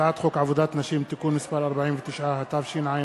הצעת חוק עבודת נשים (תיקון מס' 49), התשע"ב